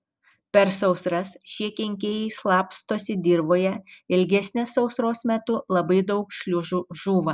per sausras šie kenkėjai slapstosi dirvoje ilgesnės sausros metu labai daug šliužų žūva